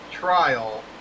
trial